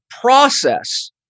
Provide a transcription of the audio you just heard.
process